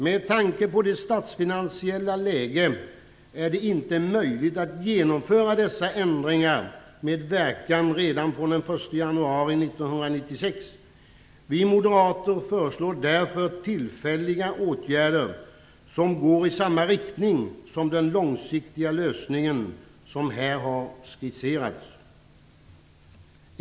Med tanke på det statsfinansiella läget är det inte möjligt att genomföra dessa ändringar med verkan redan från den 1 januari 1996. Vi moderater föreslår därför tillfälliga åtgärder som går i samma riktning som den långsiktiga lösningen som här har skisserats.